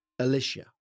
Alicia